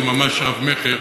זה ממש רב-מכר.